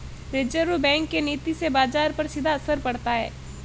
reserve bank के नीति से बाजार पर सीधा असर पड़ता है